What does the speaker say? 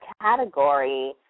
category